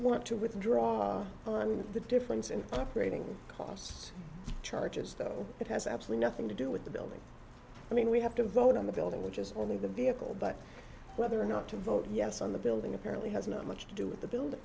want to withdraw i mean the difference in operating costs charges that it has absolutely nothing to do with the building i mean we have to vote on the building which is only the vehicle but whether or not to vote yes on the building apparently has not much to do with the building